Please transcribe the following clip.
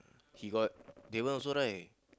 he got that one also right